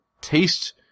taste